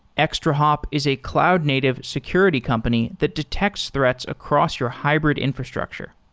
extrahop is a cloud-native security company that detects threats across your hybrid infrastructure.